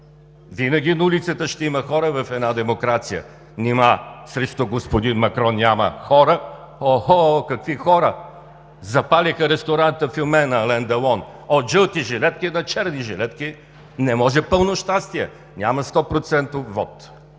Винаги на улицата ще има хора в една демокрация. Нима срещу господин Макрон няма хора? Охооо, какви хора. Запалиха ресторанта „Фюме“ на Ален Делон. От „жълти жилетки“ на „черни жилетки“. Не може пълно щастие, няма 100